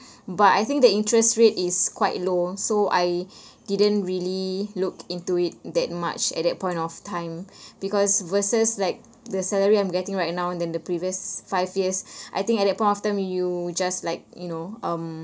but I think the interest rate is quite low so I didn't really look into it that much at that point of time because versus like the salary I'm getting right now than the previous five years I think at that point of time you just like you know um